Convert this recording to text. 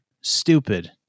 stupid